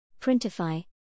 Printify